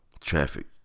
traffic